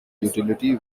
utility